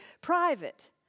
private